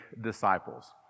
disciples